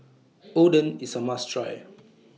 Oden IS A must Try